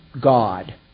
God